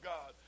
God